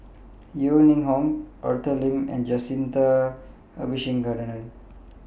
Yeo Ning Hong Arthur Lim and Jacintha Abisheganaden